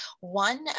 One